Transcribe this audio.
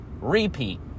repeat